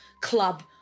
club